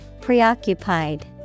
Preoccupied